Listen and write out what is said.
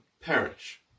perish